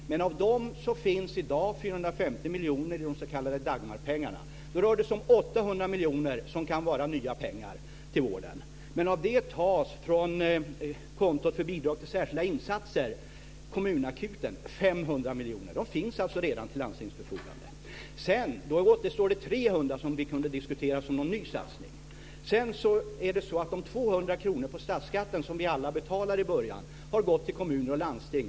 Men av dem finns i dag 450 miljoner i de s.k. Dagmarpengarna. Då rör det sig om 800 miljoner som kan vara nya pengar till vården. Av det tas från kontot för bidrag till särskilda insatser - Kommunakuten - 500 miljoner. De finns alltså redan till landstingens förfogande. Då återstår det 300, som vi kunde diskutera som någon ny satsning. De 200 kr på statsskatten som vi alla betalar i början har gått till kommuner och landsting.